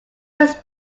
was